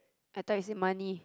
I thought you say money